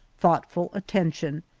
thoughtful attention,